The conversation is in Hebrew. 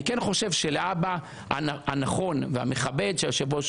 אני כן חושב שלהבא הנכון והמכבד שיושב-ראש